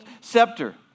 scepter